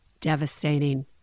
devastating